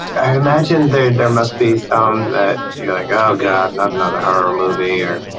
and imagine there there must be some that you are like, oh god. not another horror movie. or